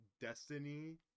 destiny